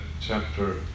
chapter